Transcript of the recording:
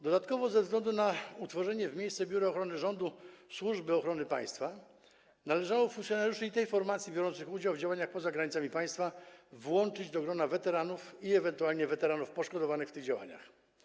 Dodatkowo ze względu na utworzenie w miejsce Biura Ochrony Rządu Służby Ochrony Państwa należało funkcjonariuszy i tej formacji biorących udział w działaniach poza granicami państwa włączyć do grona weteranów i ewentualnie weteranów poszkodowanych w tych działaniach.